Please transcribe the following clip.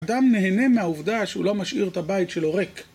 האדם נהנה מהעובדה שהוא לא משאיר את הבית שלו ריק.